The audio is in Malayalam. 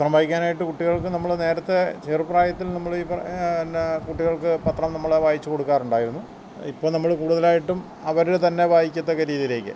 പത്രം വായിക്കാനായിട്ട് കുട്ടികൾക്ക് നമ്മൾ നേരത്തെ ചെറുപ്രായത്തിൽ നമ്മൾ ഈ പറഞ്ഞു തന്നെ കുട്ടികൾക്ക് പത്രം നമ്മൾ വായിച്ചുകൊടുക്കാറുണ്ടായിരുന്നു ഇപ്പോൾ നമ്മൾ കൂടുതലായിട്ടും അവർ തന്നെ വായിക്കത്തക്ക രീതിയിലേക്കായി